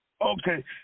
Okay